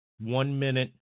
one-minute